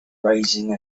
raising